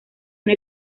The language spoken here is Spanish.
una